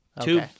two